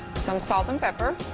some salt and pepper.